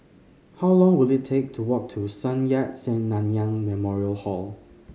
how long will it take to walk to Sun Yat Sen Nanyang Memorial Hall